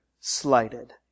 slighted